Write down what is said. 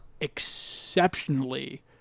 exceptionally